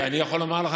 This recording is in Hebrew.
אני יכול לומר לך